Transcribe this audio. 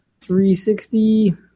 360